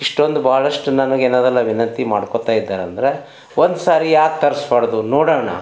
ಇಷ್ಟೊಂದು ಬಹಳಷ್ಟು ನನಗೇನದಲ್ಲ ವಿನಂತಿ ಮಾಡ್ಕೊಳ್ತಾ ಇದ್ದಾರಂದ್ರೆ ಒಂದ್ಸರಿ ಯಾಕೆ ತರಿಸ್ಬಾರ್ದು ನೋಡೋಣ